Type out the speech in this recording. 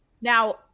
Now